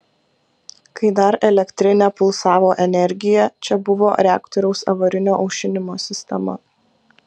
kai dar elektrinė pulsavo energija čia buvo reaktoriaus avarinio aušinimo sistema